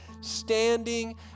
standing